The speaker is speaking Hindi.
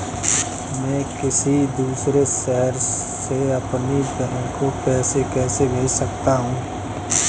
मैं किसी दूसरे शहर से अपनी बहन को पैसे कैसे भेज सकता हूँ?